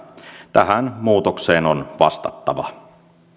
tähän muutokseen on vastattava